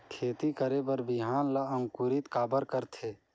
खेती करे बर बिहान ला अंकुरित काबर करथे?